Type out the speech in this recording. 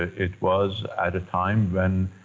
it was at a time when,